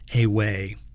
away